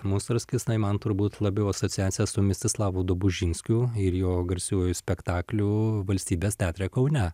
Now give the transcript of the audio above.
musorskis tai man turbūt labiau asociacija su mstislavu dobužinskiu ir jo garsiuoju spektakliu valstybės teatre kaune